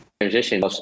transition